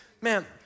man